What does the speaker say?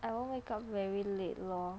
I won't wake up very late lor